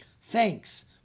Thanks